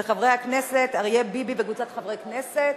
של חבר הכנסת אריה ביבי וקבוצת חברי הכנסת.